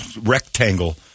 rectangle